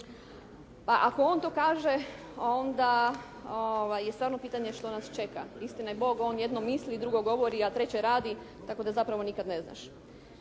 Pa ako on to kaže onda je stvarno pitanje što nas čeka. Istina i Bog, on jedno misli, drugo govori, a treće radi, tako da zapravo nikad ne znaš.